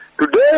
today